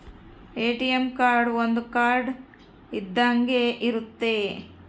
ATM card ಒಂದ್ card ಇದ್ದಂಗೆ ಇರುತ್ತೆ